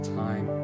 time